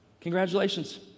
Congratulations